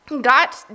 got